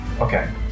Okay